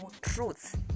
truth